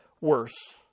worse